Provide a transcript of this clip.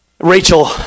Rachel